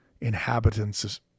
inhabitants